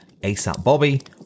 ASAPBobby